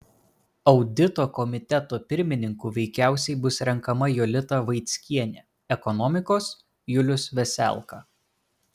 audito komiteto pirmininku veikiausiai bus renkama jolita vaickienė ekonomikos julius veselka